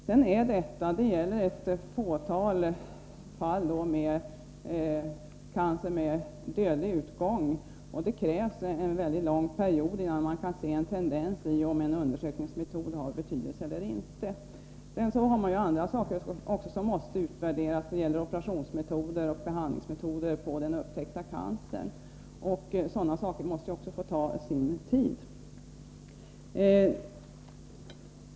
Det är fråga om ett fåtal fall cancer med dödlig utgång, och det krävs en mycket lång period innan man kan se någon tendens till om en undersökningsmetod har betydelse eller inte. Även andra saker måste utvärderas, t.ex. operationsmetoder och behandlingsmetoder beträffande den upptäckta cancern. Också dessa saker måste få ta sin tid.